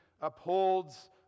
upholds